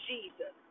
Jesus